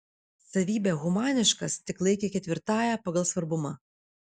savybę humaniškas tik laikė ketvirtąja pagal svarbumą